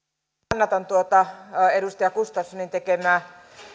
kannatan tuota edustaja gustafssonin tekemää